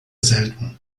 selten